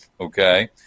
okay